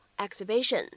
exhibition